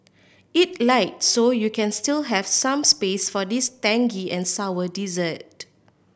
eat light so you can still have some space for this tangy and sour dessert